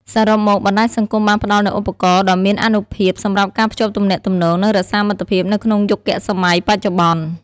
សរុបមក បណ្ដាញសង្គមបានផ្តល់នូវឧបករណ៍ដ៏មានអានុភាពសម្រាប់ការភ្ជាប់ទំនាក់ទំនង និងរក្សាមិត្តភាពនៅក្នុងយុគសម័យបច្ចុប្បន្ន។